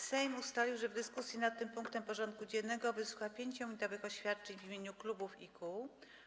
Sejm ustalił, że w dyskusji nad tym punktem porządku dziennego wysłucha 5-minutowych oświadczeń w imieniu klubów i kół.